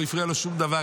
לא הפריע לו שום דבר.